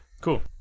Cool